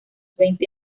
veinte